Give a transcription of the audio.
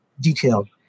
detailed